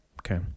Okay